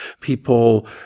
people